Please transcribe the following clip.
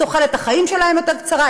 תוחלת החיים שלהם יותר קצרה,